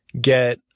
get